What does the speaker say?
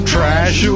Trash